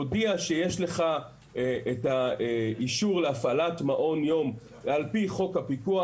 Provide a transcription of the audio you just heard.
תודיע שיש לך את האישור להפעלת מעון יום על פי חוק הפיקוח,